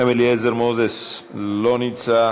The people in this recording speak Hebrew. מנחם אליעזר מוזס, אינו נוכח,